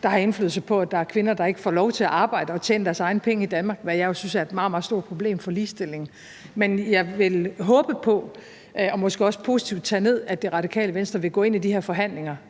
der har indflydelse på, at der er kvinder, der ikke får lov til at arbejde og tjene deres egne penge i Danmark, hvad jeg jo synes er et meget, meget stort problem for ligestillingen. Men jeg vil håbe på – og måske også tage det positivt ned – at Radikale Venstre vil gå ind i de her forhandlinger